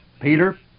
Peter